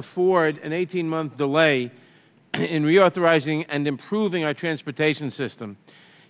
afford an eighteen month delay in reauthorizing and improving our transportation system